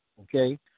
okay